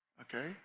Okay